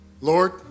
Lord